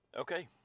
Okay